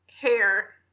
hair